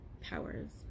powers